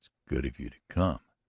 good of you to come!